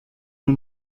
nur